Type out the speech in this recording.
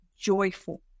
joyful